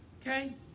Okay